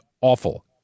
awful